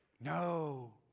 No